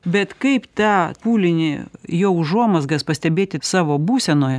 bet kaip tą pūlinį jo užuomazgas pastebėti savo būsenoje